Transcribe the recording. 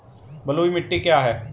बलुई मिट्टी क्या है?